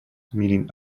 meaning